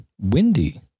windy